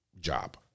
Job